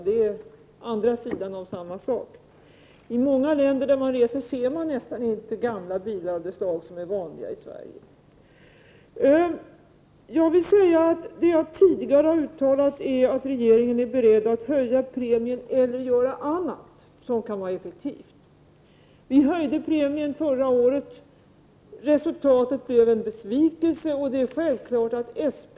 Det är andra sidan av den fråga som vi nu diskuterar. I många länder ser man knappast några gamla bilar motsvarande dem som är vanliga i Sverige. Vad jag tidigare har uttalat är att regeringen är beredd att höja premien eller att vidta andra åtgärder som kan vara effektiva. Vi höjde premien förra utan att de skrotas så fort som möjligt. Det var mot bakgrunden av det som jag ställde frågan om det är så att året. Resultatet blev en besvikelse, och SPK:s utredning är självfallet ett Prot.